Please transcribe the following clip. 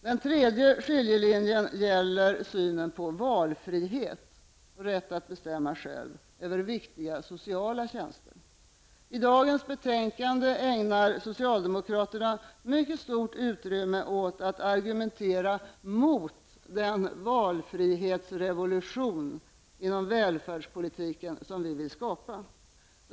Den tredje skiljelinjen gäller synen på valfrihet och rätt att själv bestämma över viktiga sociala tjänster. I dagens betänkande ägnar socialdemokraterna mycket stort utrymme åt att argumentera mot den valfrihetsrevolution inom välfärdspolitiken som vi vill skapa.